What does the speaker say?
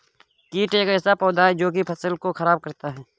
कीट एक ऐसा पौधा है जो की फसल को खराब करता है